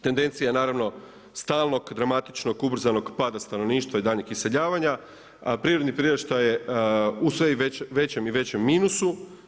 Tendencija je naravno stalnog dramatičnog ubrzanog pada stanovništva i daljnjeg iseljavanja a prirodni priraštaj je u sve većem i većem minusu.